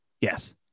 Yes